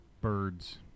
Birds